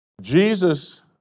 Jesus